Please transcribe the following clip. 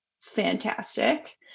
fantastic